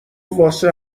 واسه